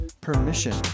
Permission